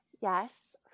Yes